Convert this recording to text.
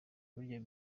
burya